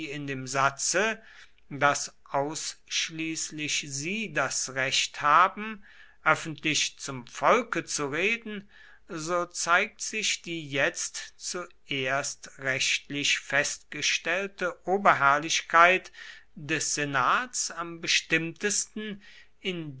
in dem satze daß ausschließlich sie das recht haben öffentlich zum volke zu reden so zeigt sich die jetzt zuerst rechtlich festgestellte oberherrlichkeit des senats am bestimmtesten in